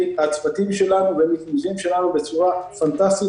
הצוותים שלנו והמתנדבים שלנו בצורה פנטסטית.